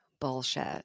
bullshit